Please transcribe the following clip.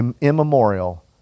immemorial